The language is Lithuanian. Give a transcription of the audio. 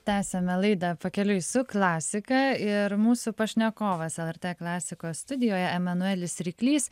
tęsiame laidą pakeliui su klasika ir mūsų pašnekovas lrt klasikos studijoje emanuelis ryklys